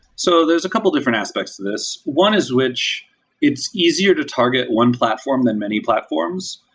so there's a couple of different aspects to this. one is which it's easier to target one platform than many platforms.